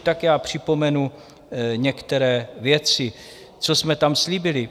Tak já připomenu některé věci, co jsme tam slíbili.